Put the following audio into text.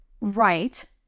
right